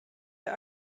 der